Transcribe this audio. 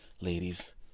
ladies